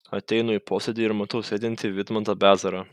ateinu į posėdį ir matau sėdintį vidmantą bezarą